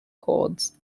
chords